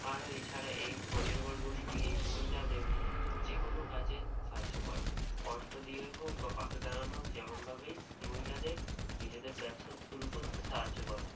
আরও এছাড়া এই স্বনির্ভর গোষ্ঠী এই মহিলাদের যে কোনো কাজে সাহায্য করে অর্থ দিয়ে হোক বা পাশে দাঁড়ানো হোক যেমনভাবেই মহিলাদের নিজেদের ব্যবসা শুরু করতে সাহায্য করে